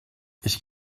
ich